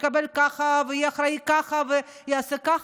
יקבל ככה ויהיה אחראי ככה ויעשה ככה,